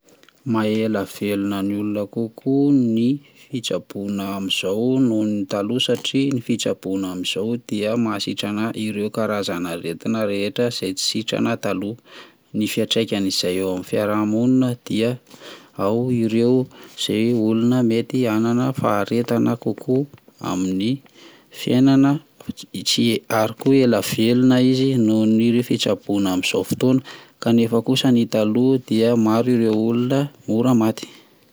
Maha ela velona ny olona kokoa ny fitsaboana amin'izao noho ny taloha satria ny fitsaboana amin'izao dia mahasitrana ireo karazana aretina rehetra izay tsy sitrana taloha, ny fiantraikan'izay eo fiarahamonina dia ao ireo izay olona mety hanana faharetana kokoa amin'ny fiainana, hi- tsy- ary koa ela velona izy nohon'ny ireo fitsaboana amin'izao fotoana kanefa kosa ny taloha dia maro ireo olona mora maty.